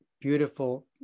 beautiful